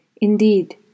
Indeed